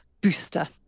booster